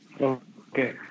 Okay